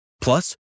Plus